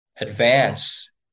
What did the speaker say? advance